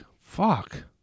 Fuck